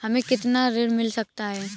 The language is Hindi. हमें कितना ऋण मिल सकता है?